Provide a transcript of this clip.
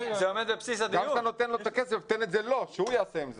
תן את זה לו ושהוא יעשה עם זה.